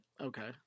okay